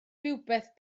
rywbeth